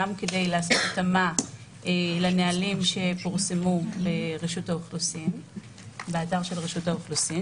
גם כדי לעשות התאמה לנהלים שפורסמו באתר של רשות האוכלוסין,